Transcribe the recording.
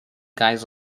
guys